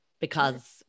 because-